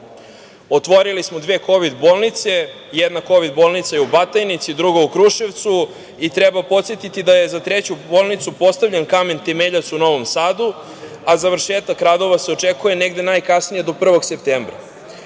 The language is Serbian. Otvorili smo dve kovid bolnice. Jedna kovid bolnica je u Batajnici, druga u Kruševcu i treba podsetiti da je za treću bolnicu postavljen kamen temeljac u Novom Sadu, a završetak radova se očekuje negde najkasnije do 1. septembra.